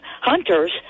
Hunter's